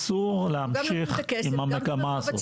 אסור להמשיך עם המגמה הזו.